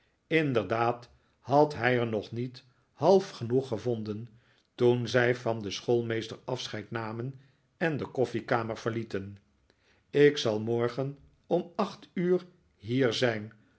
inderdaad had hij er nog niet half genoeg gevonden toen zij van den schoolmeester afscheid namen en de koffiekamer verlieten ik zal morgen om acht uur hier zijn